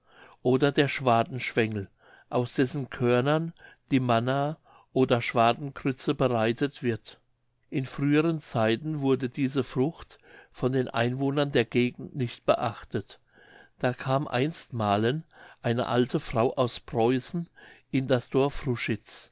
oder der schwadenschwengel aus dessen körnern die manna oder schwadengrütze bereitet wird in früheren zeiten wurde diese frucht von den einwohnern der gegend nicht beachtet da kam einstmalen eine alte frau aus preußen in das dorf